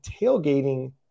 tailgating